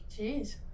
Jeez